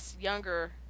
younger